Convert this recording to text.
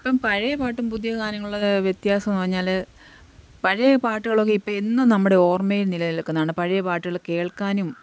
ഇപ്പം പഴയ പാട്ടും പുതിയ ഗാനങ്ങളിലുള്ള വ്യത്യാസം എന്നു പറഞ്ഞാൽ പഴയ പാട്ടുകളൊക്കെ ഇപ്പം എന്നും നമ്മുടെ ഓർമ്മയിൽ നിലനിൽക്കുന്നതാണ് പഴയ പാട്ടുകൾ കേൾക്കാനും